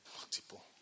multiple